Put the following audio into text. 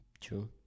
True